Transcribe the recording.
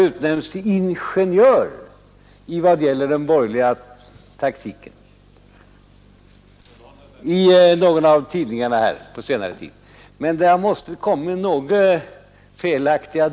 Herr Helén har ju på senare tid i någon tidning utnämnts till ingenjör i vad gäller den borgerliga taktiken.